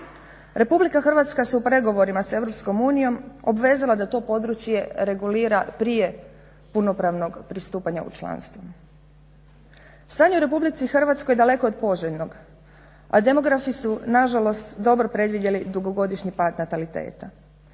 Republika Hrvatska se u pregovorima s EU obvezala da to područje regulira prije punopravnog pristupanja u članstvo. Stanje u RH daleko je od poželjnog, a demografi su nažalost dobro predvidjeli dugogodišnji pad nataliteta.